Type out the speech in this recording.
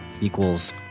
Equals